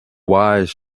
wise